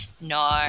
no